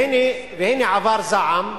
והנה, עבר זעם,